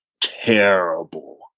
Terrible